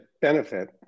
benefit